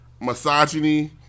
misogyny